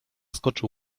skoczył